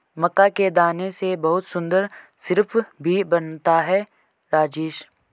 मक्का के दाने से बहुत सुंदर सिरप भी बनता है राजेश